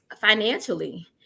financially